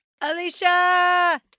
Alicia